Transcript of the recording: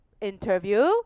interview